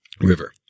River